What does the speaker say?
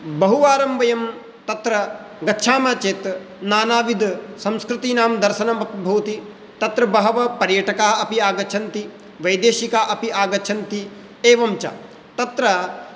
बहुवारं वयं तत्र गच्छामः चेत् नानाविधसंस्कृतीनां दर्शनं भौ भवति तत्र बहवः पर्यटकाः अपि आगच्छन्ति वैदेशिकाः अपि आगच्छन्ति एवञ्च तत्र